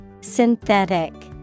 Synthetic